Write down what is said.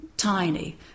tiny